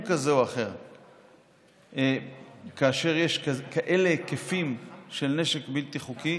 כזה או אחר כאשר יש כאלה היקפים של נשק בלתי חוקי.